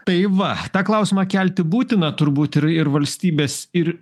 tai va tą klausimą kelti būtina turbūt ir ir valstybės ir